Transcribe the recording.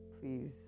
please